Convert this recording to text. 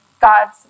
God's